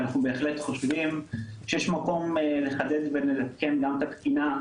ואנחנו באמת חושבים שיש מקום לחדד גם את התקינה,